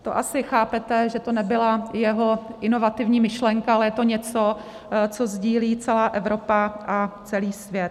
To asi chápete, že to nebyla jeho inovativní myšlenka, ale je to něco, co sdílí celá Evropa a celý svět.